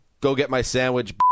go-get-my-sandwich